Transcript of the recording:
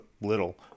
little